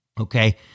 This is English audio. okay